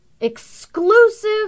exclusive